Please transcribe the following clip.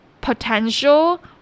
potential